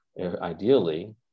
ideally